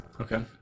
Okay